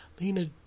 Lena